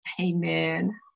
Amen